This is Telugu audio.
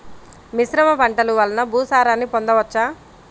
మిశ్రమ పంటలు వలన భూసారాన్ని పొందవచ్చా?